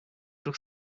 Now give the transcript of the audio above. took